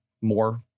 more